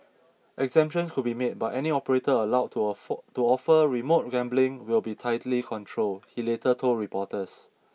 exemptions could be made but any operator allowed to to offer remote gambling will be tightly controlled he later told reporters